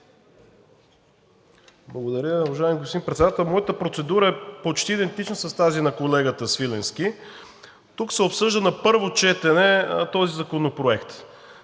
Благодаря, уважаеми господин Председател. Моята процедура е почти идентична с тази на колегата Свиленски и тук се обсъжда на първо четене този законопроект.